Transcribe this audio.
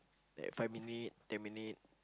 that five minute ten minute